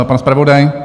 Pan zpravodaj?